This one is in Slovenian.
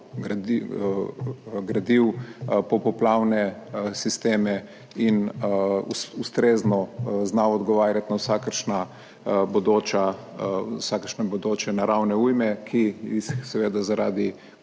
gradil popoplavne sisteme in ustrezno znal odgovarjati na vsakršna bodoča vsakršne bodoče naravne ujme, ki jih seveda zaradi